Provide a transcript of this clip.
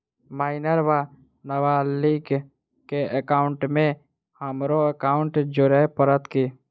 Minor वा नबालिग केँ एकाउंटमे हमरो एकाउन्ट जोड़य पड़त की?